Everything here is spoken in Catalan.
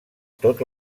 tot